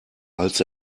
als